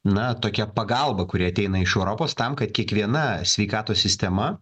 na tokia pagalba kuri ateina iš europos tam kad kiekviena sveikatos sistema